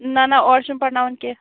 نہَ نہَ اوٗرٕ چھِنہٕ پَرناوان کیٚنٛہہ